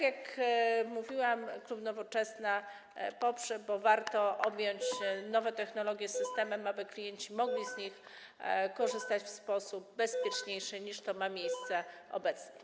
Jak mówiłam, klub Nowoczesna poprze ten projekt ustawy, bo warto objąć nowe technologie systemem, aby klienci mogli z nich korzystać w sposób bezpieczniejszy, niż ma to miejsce obecnie.